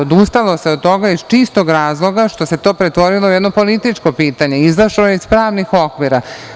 Odustalo se od toga, iz čistog razloga što se to pretvorilo u jedno političko pitanje, izašlo je iz pravnih okvira.